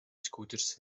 scooters